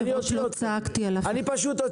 את לא מבינה בכסף אל תעני.